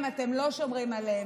רק שאתם לא שומרים עליהם.